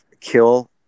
kill